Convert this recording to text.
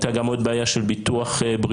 הייתה גם עוד בעיה של ביטוח בריאות,